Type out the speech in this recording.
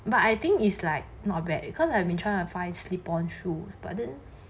but I think is like not bad because I've been trying to find slip on shoes but then